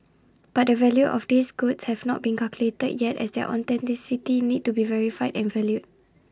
but the value of these goods have not been calculated yet as their authenticity need to be verified and valued